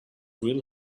will